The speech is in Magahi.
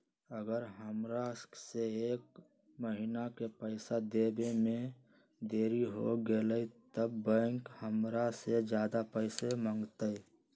अगर हमरा से एक महीना के पैसा देवे में देरी होगलइ तब बैंक हमरा से ज्यादा पैसा मंगतइ?